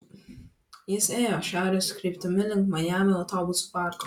jis ėjo šiaurės kryptimi link majamio autobusų parko